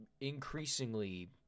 increasingly